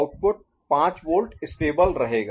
output 5 volt stable रहेगा